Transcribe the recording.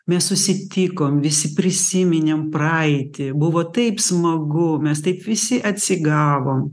mes susitikom visi prisiminėm praeitį buvo taip smagu mes taip visi atsigavom